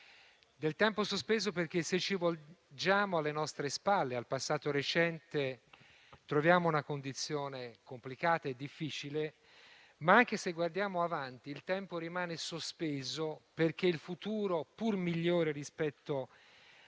del tempo sospeso, perché, se ci volgiamo alle nostre spalle e al passato recente, troviamo una condizione complicata e difficile, ma, anche se guardiamo avanti, il tempo rimane sospeso, perché il futuro, pur migliore rispetto